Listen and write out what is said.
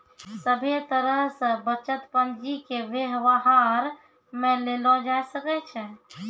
सभे तरह से बचत पंजीके वेवहार मे लेलो जाय सकै छै